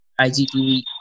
IGTV